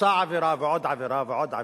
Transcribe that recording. עושה עבירה ועוד עבירה ועוד עבירה,